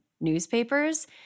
newspapers